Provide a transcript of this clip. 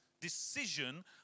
decision